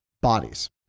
bodies